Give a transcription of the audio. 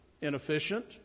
inefficient